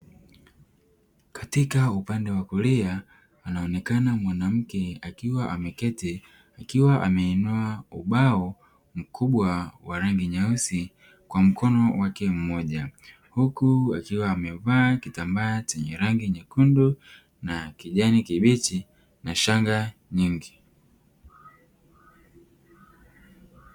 Katika upande wa kulia anaonekana mwanamke akiwa ameketi akiwa ameinua ubao mkubwa wa rangi nyeusi kwa mkono wake mmoja. Huku akiwa amevaa kitambaa chenye rangi nyekundu na kijani kibichi na shanga nyingi